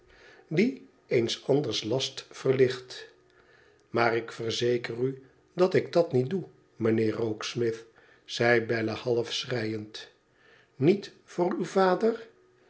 dieeens anders last verlicht maar ik verzeker u dat ik dat niet doe mijnheer rokesmith zei bella half schreiend niet voor uw vader